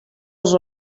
els